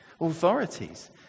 Authorities